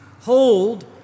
hold